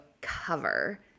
cover